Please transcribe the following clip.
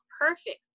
perfect